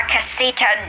Casita